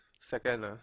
Second